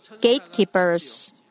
gatekeepers